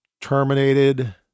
terminated